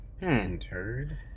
Interred